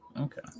okay